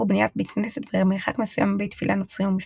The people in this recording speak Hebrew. ומכאן שמו –